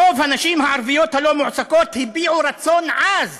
רוב הנשים הערביות הלא-מועסקות הביעו רצון עז